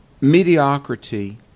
mediocrity